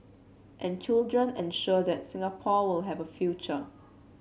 and children ensure that Singapore will have a future